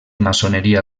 maçoneria